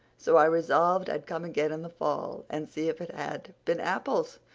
so i resolved i'd come again in the fall and see if it had been apples.